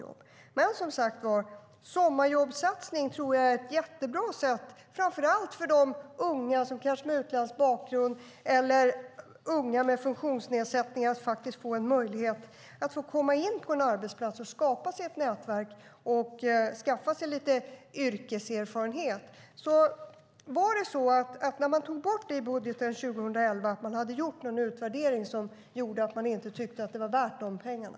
Jag tror som sagt att sommarjobbsatsning är ett jättebra sätt och en möjlighet framför allt för unga - kanske unga med utländsk bakgrund eller unga med funktionsnedsättning - att komma in på en arbetsplats, skapa sig ett nätverk och skaffa sig lite yrkeserfarenhet. Men man tog alltså bort detta i budgeten 2011 efter det att en utvärdering hade gjorts som innebar att man inte tyckte att det var värt pengarna.